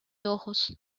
ojos